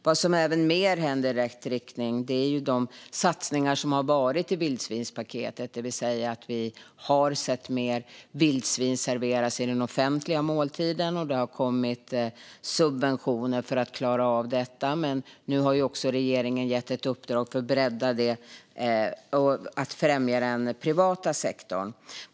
Vad mer som händer i rätt riktning är de satsningar som varit i vildsvinspaketet, det vill säga att vi sett mer vildsvinskött serveras i den offentliga måltiden. Det har kommit subventioner för att klara av det, men nu har regeringen också gett ett uppdrag att bredda detta och främja den privata sektorn.